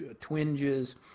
twinges